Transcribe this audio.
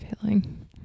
feeling